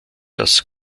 das